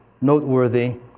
noteworthy